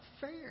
fair